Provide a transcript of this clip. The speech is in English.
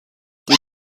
did